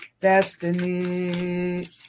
Destiny